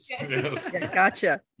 gotcha